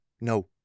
No